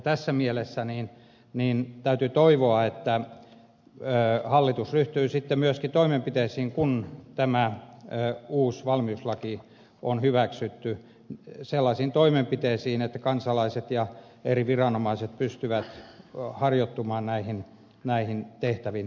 tässä mielessä täytyy toivoa että hallitus ryhtyy myöskin sellaisiin toimenpiteisiin kun tämä uusi valmiuslaki on hyväksytty että kansalaiset ja eri viranomaiset pystyvät harjoittelemaan näitä tehtäviä